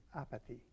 apathy